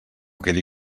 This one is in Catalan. quedi